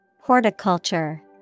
Horticulture